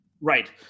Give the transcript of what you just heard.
Right